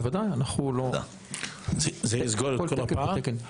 בוודאי, אנחנו לא --- כל תקן ותקן.